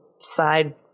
side